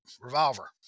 revolver